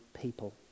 people